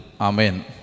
Amen